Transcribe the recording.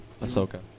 Ahsoka